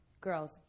girls